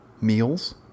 meals